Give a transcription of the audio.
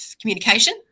communication